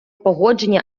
погодження